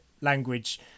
language